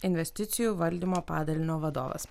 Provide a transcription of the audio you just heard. investicijų valdymo padalinio vadovas